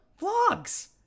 Vlogs